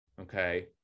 Okay